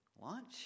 Lunch